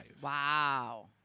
Wow